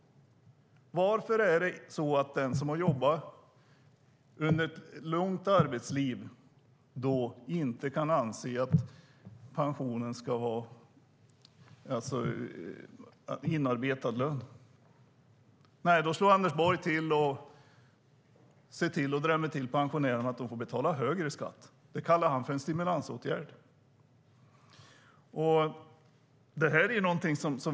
Varför ska den som har jobbat ett långt arbetsliv inte få räkna pensionen som inarbetad lön? Nej, för Anders Borg drämmer till pensionärerna med högre skatt. Det kallar han för en stimulansåtgärd.